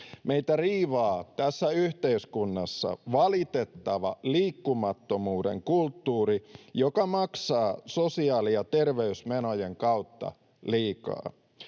Meitä riivaa tässä yhteiskunnassa valitettava liikkumattomuuden kulttuuri, joka maksaa sosiaali- ja terveysmenojen kautta liikaa.